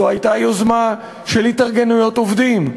זו הייתה יוזמה של התארגנויות עובדים,